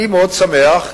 אני מאוד שמח,